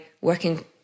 working